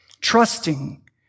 Trusting